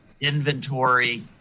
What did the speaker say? inventory